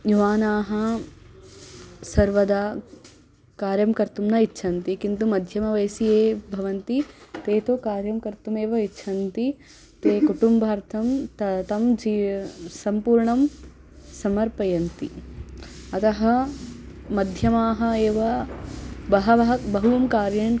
युवानः सर्वदा कार्यं कर्तुं न इच्छन्ति किन्तु मध्यमवयसि ये भवन्ति ते तु कार्यं कर्तुमेव इच्छन्ति ते कुटुम्बार्थं ते तं जीवं सम्पूर्णं समर्पयन्ति अतः मध्यमाः एव बहवः बहूनि कार्याणि